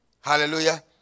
Hallelujah